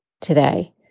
today